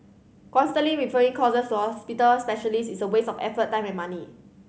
constantly referring causes to hospital specialists is a waste of effort time and money